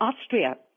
Austria